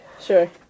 Sure